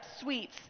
sweets